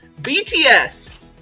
BTS